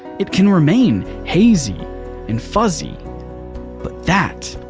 it can remain hazy and fuzzy but that,